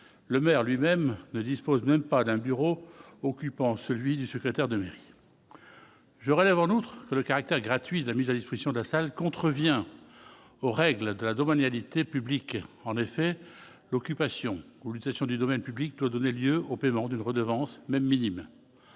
le maire lui-même ne dispose même pas d'un bureau occupant celui du secrétaire de mairie je relève en outre que le caractère gratuit, la mise à disposition de salles contrevient aux règles de la daube annualité publique en effet l'occupation luxation du domaine public donné lieu au paiement d'une redevance, même minime,